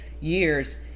years